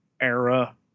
era